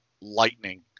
lightning